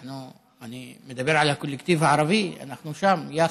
אני מדבר על הקולקטיב הערבי, אנחנו שם יחד,